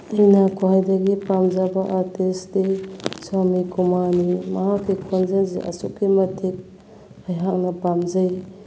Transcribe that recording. ꯑꯩꯅ ꯈ꯭ꯋꯥꯏꯗꯒꯤ ꯄꯥꯝꯖꯕ ꯑꯥꯔꯇꯤꯁꯇꯤ ꯁ꯭ꯋꯥꯃꯤ ꯀꯨꯃꯥꯔꯅꯤ ꯃꯍꯥꯛꯀꯤ ꯈꯣꯟꯖꯦꯜꯁꯦ ꯑꯁꯨꯛꯀꯤ ꯃꯇꯤꯛ ꯑꯩꯍꯥꯛꯅ ꯄꯥꯝꯖꯩ